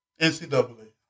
NCAA